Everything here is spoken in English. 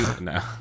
No